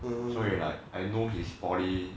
so you like I know his poly